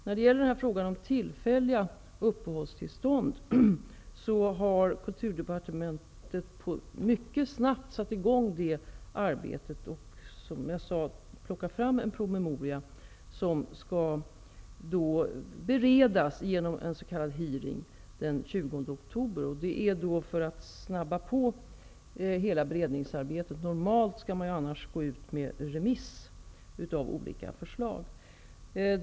När det gäller frågan om tillfälliga uppehållstillstånd har Kulturdepartementet mycket snabbt satt i gång arbetet och tagit fram en promemoria, som skall beredas genom en s.k. hearing den 20 oktober. Detta görs för att snabba på hela beredningsarbetet. Normalt skulle man ju annars gå ut med en remiss av olika förslag.